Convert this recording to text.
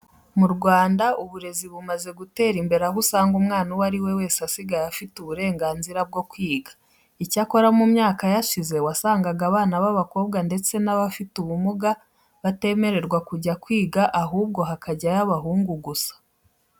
Mu Rwanda uburezi bumaze gutera imbere aho usanga umwana uwo ari we wese asigaye afite uburenganzira bwo kwiga. Icyakora mu mwaka yashize wasangaga abana b'abakobwa ndetse n'abafite ubumuga batemererwa kujya kwiga ahubwo hakajyayo abahungu gusa.